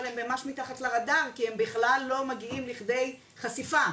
אבל הם ממש מתחת לרדאר כי הם בכלל לא מגיעים לכדי חשיפה,